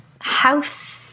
house